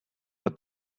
for